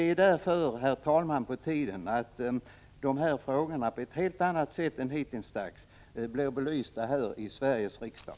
Herr talman! Det är därför på tiden att dessa frågor på ett helt annat sätt än tidigare blir belysta här i Sveriges riksdag.